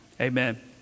Amen